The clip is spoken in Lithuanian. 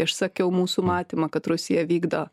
išsakiau mūsų matymą kad rusija vykdo